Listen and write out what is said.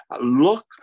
look